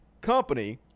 company